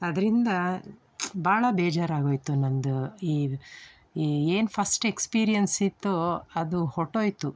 ಅದರಿಂದ ಭಾಳ ಬೇಜಾರು ಆಗೋಯ್ತು ನನ್ನದು ಈ ಈ ಏನು ಫಸ್ಟ್ ಎಕ್ಸಪೀರಿಯನ್ಸ್ ಇತ್ತು ಅದು ಹೊರ್ಟೋಯ್ತು